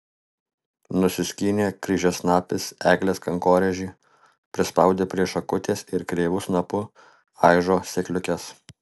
nusiskynė kryžiasnapis eglės kankorėžį prispaudė prie šakutės ir kreivu snapu aižo sėkliukes